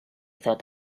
thought